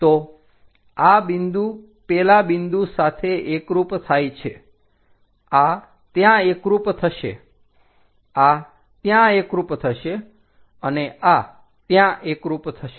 તો આ બિંદુ પેલા બિંદુ સાથે એકરૂપ થાય છે આ ત્યાં એકરૂપ થશે આ ત્યાં એકરૂપ થશે અને આ ત્યાં એકરૂપ થશે